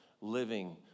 living